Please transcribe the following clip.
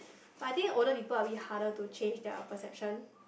but I think older people a bit harder to change their perception